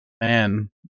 Man